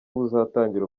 buzatangira